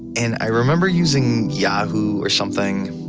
and i remember using yahoo or something.